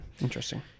interesting